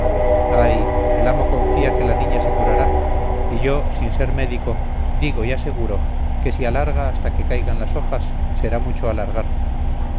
ay el amo confía que la niña se curará y yo sin ser médico digo y aseguro que si alarga hasta que caigan las hojas será mucho alargar